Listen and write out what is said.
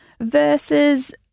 versus